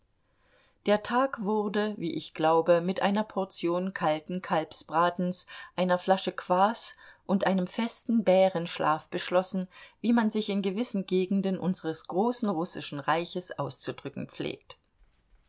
der tag wurde wie ich glaube mit einer portion kalten kalbsbratens einer flasche kwas und einem festen bärenschlaf beschlossen wie man sich in gewissen gegenden unseres großen russischen reiches auszudrücken pflegt